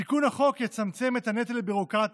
תיקון החוק יצמצם את הנטל הביורוקרטי,